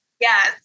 yes